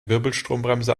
wirbelstrombremse